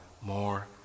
more